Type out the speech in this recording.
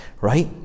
right